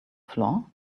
floor